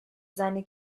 seine